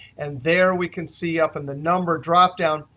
and there we can see up in the number dropdown,